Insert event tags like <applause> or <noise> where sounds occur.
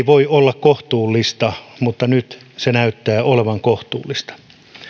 <unintelligible> voi olla kohtuullista mutta nyt se näyttää olevan kohtuullista